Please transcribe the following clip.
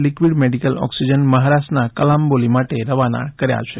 liquid medical oxygen મહારાષ્ટ્રના કલામ્બોલી માટે રવાના કર્યા છે